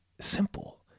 simple